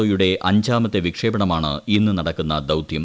O യുടെ അഞ്ചാമത്തെ വിക്ഷേപണമാണ് ഇന്ന് നടക്കുന്ന ദൌത്യം